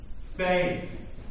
faith